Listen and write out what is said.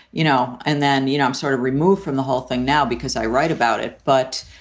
you know. and then, you know, i'm sort of removed from the whole thing now because i write about it. but,